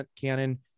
canon